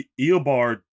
Eobard